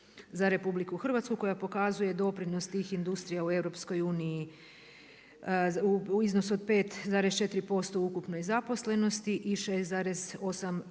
za RH koja pokazuje doprinos tih industrija u EU u iznosu od 5,4% u ukupnoj zaposlenosti i 6,8%